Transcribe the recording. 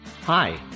Hi